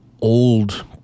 old